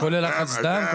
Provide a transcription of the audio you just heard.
כולל לחץ דם,